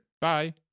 Bye